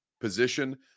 position